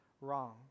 wrong